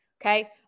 Okay